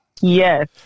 Yes